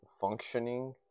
functioning